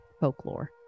folklore